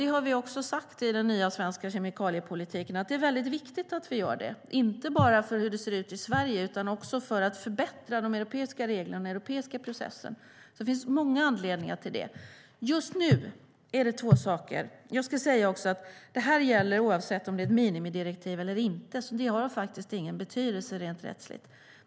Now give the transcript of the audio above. Vi har också sagt i den nya svenska kemikaliepolitiken att det är viktigt att vi gör det, inte bara för hur det ser ut i Sverige utan också för att förbättra de europeiska reglerna och den europeiska processen. Det finns många anledningar till det. Det gäller oavsett om det är ett minimidirektiv eller inte, så det har ingen betydelse rent rättsligt.